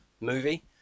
movie